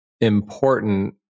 important